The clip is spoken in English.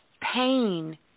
pain